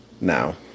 now